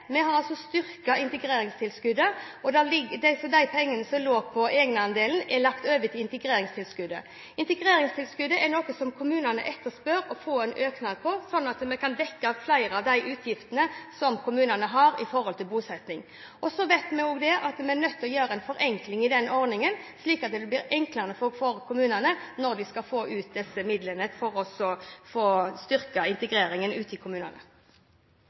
dette er altså en utvikling der antall flyktninger som nå har sittet i mottak, bare har økt fra 2006. Det er min oppgave som inkluderings- og integreringsminister, sammen med kommunene, å få bosatt disse flyktningene. Denne regjeringen har tatt grep. Vi har styrket integreringstilskuddet, slik at de pengene som lå til egenandelen, er lagt over til integreringstilskuddet. Integreringstilskuddet er noe som kommunene etterspør en økning av, slik at vi kan dekke flere av de utgiftene de har til bosetting. Så vet vi også at vi er nødt til å gjøre en forenkling i den ordningen, slik at det